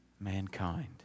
mankind